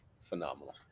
phenomenal